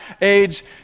age